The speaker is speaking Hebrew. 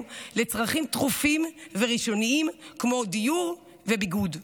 לצרכים דחופים וראשוניים כמו דיור וביגוד.